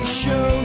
show